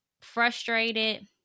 frustrated